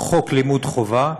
חוק לימוד חובה,